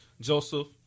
Joseph